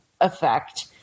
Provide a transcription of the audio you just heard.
effect